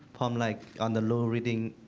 um like on the loo reading